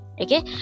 okay